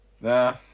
Nah